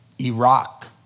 Iraq